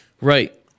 Right